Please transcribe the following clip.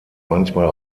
manchmal